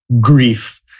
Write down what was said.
grief